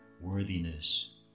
worthiness